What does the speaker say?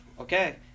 okay